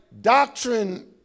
doctrine